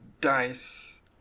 dice